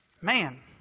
Man